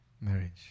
marriage